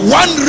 one